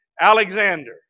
Alexander